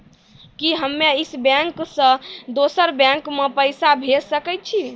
कि हम्मे इस बैंक सें दोसर बैंक मे पैसा भेज सकै छी?